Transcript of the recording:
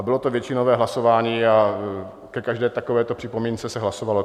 Bylo to většinové hlasování a ke každé takovéto připomínce se hlasovalo.